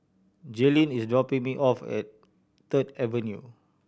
Jaelynn is dropping me off at Third Avenue